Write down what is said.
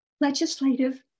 legislative